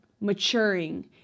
maturing